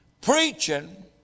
preaching